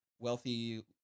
wealthy